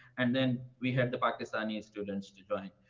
and then we had the pakistani and students to join.